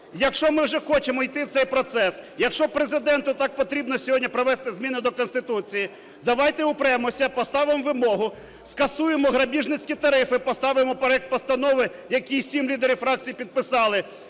Якщо ми вже хочемо йти в цей процес, якщо Президенту так потрібно сьогодні провести зміни до Конституції, давайте упремося, поставимо вимогу, скасуємо грабіжницькі тарифи. Поставимо проект постанови, який сім лідерів фракцій підписали.